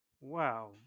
wow